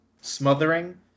smothering